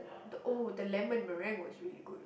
the oh the lemon merrame was really very good